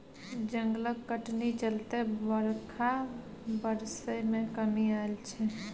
जंगलक कटनी चलते बरखा बरसय मे कमी आएल छै